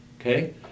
Okay